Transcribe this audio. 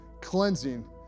cleansing